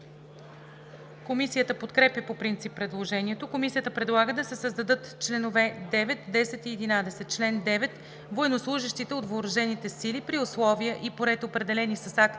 Комисията подкрепя по принцип предложението. Комисията предлага да се създадат членове 9, 10 и 11: „Чл. 9. Военнослужещите от въоръжените сили при условия и по ред, определени с акт